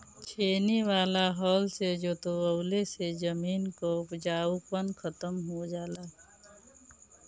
छेनी वाला हल से जोतवईले से जमीन कअ उपजाऊपन खतम हो जाला